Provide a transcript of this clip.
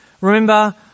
Remember